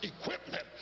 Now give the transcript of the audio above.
equipment